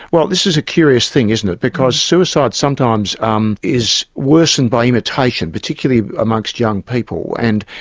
well this is a curious thing, isn't it, because suicide sometimes um is worsened by imitation particularly amongst young people and.